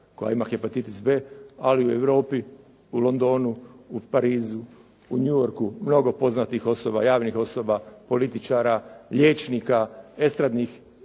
koja ima hepatitis b, ali u Europi, u Londonu, u Parizu, u New Yorku mnogo poznatih osoba, javnih osoba, političara, liječnika, estradnih